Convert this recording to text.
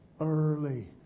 early